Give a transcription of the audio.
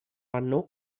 anno